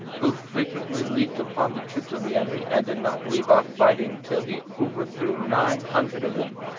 who frequently leaped upon the troops of the enemy, and did not leave off fighting till he overthrew nine hundred of them.